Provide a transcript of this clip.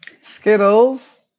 Skittles